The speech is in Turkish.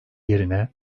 yerine